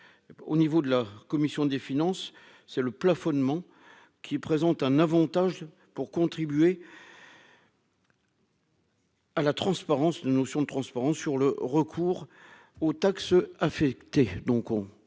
au niveau de la commission des finances, c'est le plafonnement qui présente un Avantage pour contribuer. Ah, la transparence, notion de transparence sur le recours aux taxes affectées,